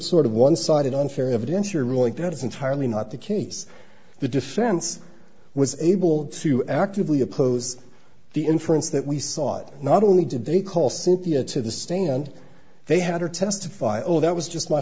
sort of one sided unfair evidence or ruling that is entirely not the case the defense was able to actively oppose the inference that we sought not only did they call superior to the stand they had to testify oh that was just my